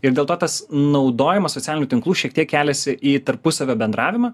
ir dėl to tas naudojimas socialinių tinklų šiek tiek keliasi į tarpusavio bendravimą